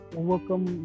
overcome